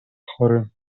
chory